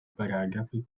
paragrafi